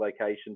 location